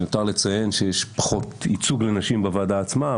מיותר לציין שיש פחות ייצוג לנשים בוועדה עצמה,